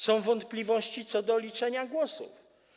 Są wątpliwości co do liczenia głosów.